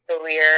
career